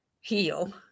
heal